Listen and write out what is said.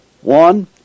one